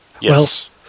Yes